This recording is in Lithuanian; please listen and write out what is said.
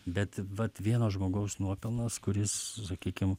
bet vat vieno žmogaus nuopelnas kuris sakykim